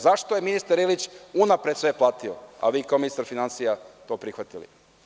Zašto je ministar Ilić unapred sve platio, a vi kao ministar finansija to prihvatili?